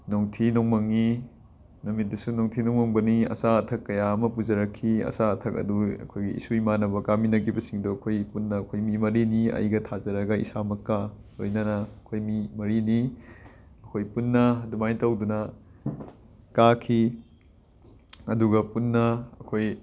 ꯅꯣꯡꯊꯤ ꯅꯣꯡꯃꯪꯉꯤ ꯅꯨꯃꯤꯠꯇꯨꯁꯨ ꯅꯣꯡꯊꯤ ꯅꯣꯡꯃꯪꯕꯅꯤ ꯑꯆꯥ ꯑꯊꯛ ꯀꯌꯥ ꯑꯃ ꯄꯨꯖꯔꯛꯈꯤ ꯑꯗꯒꯤ ꯑꯆꯥ ꯑꯊꯛ ꯑꯗꯨ ꯏꯁꯨꯡ ꯏꯃꯥꯟꯅꯕ ꯀꯥꯃꯤꯟꯅꯈꯤꯕꯁꯤꯡꯗꯨ ꯑꯩꯈꯣꯏ ꯄꯨꯟꯅ ꯑꯩꯈꯣꯏ ꯃꯤ ꯃꯔꯤꯅꯤ ꯑꯩꯒ ꯊꯥꯖꯔꯒ ꯏꯁꯥꯃꯛꯀ ꯂꯣꯏꯅꯅ ꯑꯩꯈꯣꯏ ꯃꯤ ꯃꯔꯤꯅꯤ ꯑꯩꯈꯣꯏ ꯄꯨꯟꯅ ꯑꯗꯨꯃꯥꯏꯅ ꯇꯧꯗꯨꯅ ꯀꯥꯈꯤ ꯆꯞ ꯑꯗꯨꯒ ꯄꯨꯟꯅ ꯑꯩꯈꯣꯏ